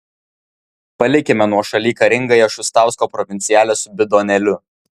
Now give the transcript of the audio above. palikime nuošaly karingąją šustausko provincialę su bidonėliu